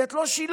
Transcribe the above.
כי את לא שילמת.